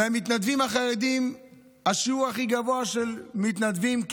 מהמתנדבים החרדים השיעור הכי גבוה של מתנדבים,